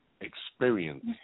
experience